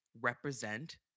represent